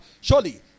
Surely